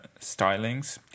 stylings